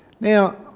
Now